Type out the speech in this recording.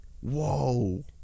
Whoa